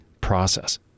process